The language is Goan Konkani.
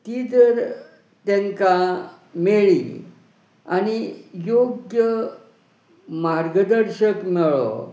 ती जर तांकां मेळ्ळी आनी योग्य मार्गदर्शक मेळ्ळो